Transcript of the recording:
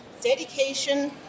dedication